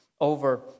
over